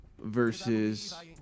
Versus